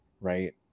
right